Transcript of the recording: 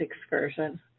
excursion